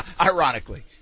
ironically